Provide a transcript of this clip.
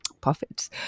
profits